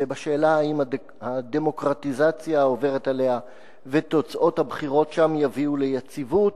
ובשאלה אם הדמוקרטיזציה העוברת עליה ותוצאות הבחירות שם יביאו ליציבות.